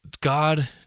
God